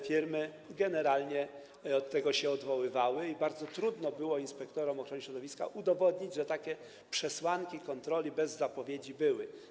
Firmy generalnie od tego się odwoływały i bardzo trudno było inspektorom ochrony środowiska udowodnić, że takie przesłanki kontroli bez zapowiedzi były.